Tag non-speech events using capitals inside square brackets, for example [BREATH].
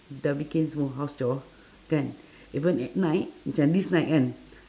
dah bikin semua house chore kan [BREATH] even at night macam this night kan